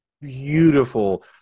beautiful